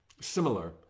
similar